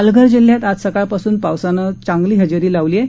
पालघर जिल्ह्यात आज सकाळपासून पावसानं सर्वत्र चांगली हजेरी लावली आहे